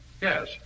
Yes